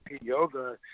yoga